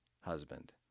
husband